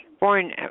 born